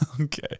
Okay